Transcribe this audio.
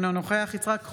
אינו נוכח יצחק קרויזר,